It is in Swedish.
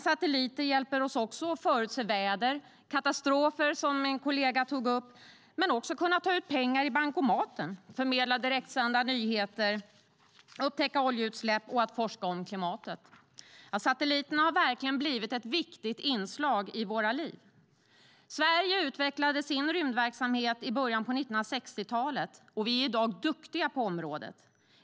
Satelliter hjälper oss också att förutse väder och katastrofer, vilket min kollega tog upp, samt att ta ut pengar i bankomaten, förmedla direktsända nyheter, upptäcka oljeutsläpp och forska om klimatet. Ja, satelliterna har verkligen blivit ett viktigt inslag i våra liv. Sverige utvecklade sin rymdverksamhet i början av 1960-talet, och vi är i dag duktiga på området.